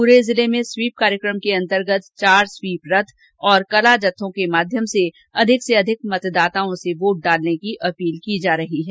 प्ररे जिले में स्वीप कार्यक्रम के अन्तर्गत चार स्वीप रथ तथा कलाजत्थो के माध्यम से अधिक से अधिक मतदाताओं से वोट डालने की अपील की जा रही है